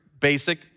basic